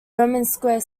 romanesque